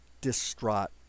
distraught